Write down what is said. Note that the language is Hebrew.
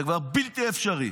זה כבר בלתי אפשרי